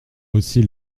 aussi